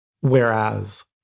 Whereas